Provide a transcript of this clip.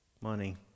money